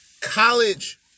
college